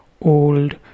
old